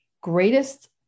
greatest